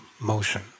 motion